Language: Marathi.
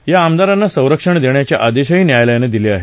या आमदारांना संरक्षण देण्याचे आदेशही न्यायालयानं दिले आहेत